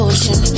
Ocean